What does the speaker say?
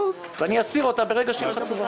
ואסיר אותה כאשר תתקבל תשובה.